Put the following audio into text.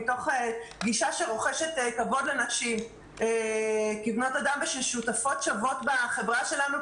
מתוך גישה שרוכשת כבוד לנשים כבנות אדם וכשותפות שוות בחברה שלנו,